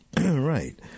Right